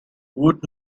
root